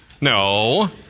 No